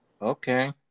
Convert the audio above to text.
Okay